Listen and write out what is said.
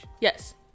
Yes